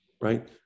right